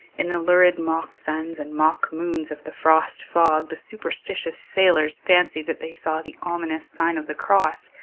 in the lurid mock suns and mock moons of the frost fog the superstitious sailors fancied that they saw the ominous sign of the cross,